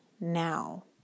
now